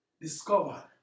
discovered